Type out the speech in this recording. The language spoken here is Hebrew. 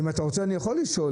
ואני גם מאשר